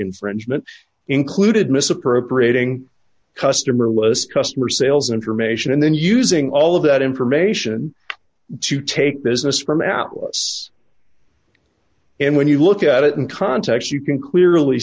infringement included misappropriating customer lists customer sales information and then using all of that information to take business from outlets and when you look at it in context you can clearly